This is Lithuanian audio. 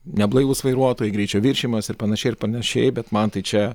neblaivūs vairuotojai greičio viršijimas ir panašiai ir panašiai bet man tai čia